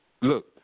Look